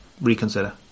reconsider